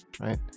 right